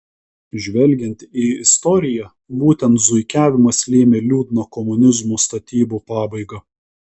žvelgiant į istoriją būtent zuikiavimas lėmė liūdną komunizmo statybų pabaigą